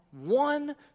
one